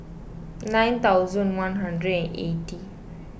nine thousand one hundred eighty